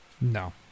No